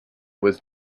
was